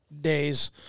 days